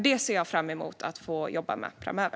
Det ser jag fram emot att få jobba med framöver.